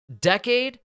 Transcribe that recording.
decade